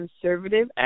conservative